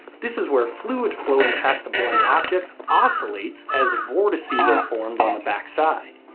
this is where a fluid flowing past a blunt object oscillates as vortices are formed on the backside.